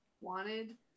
wanted